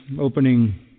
Opening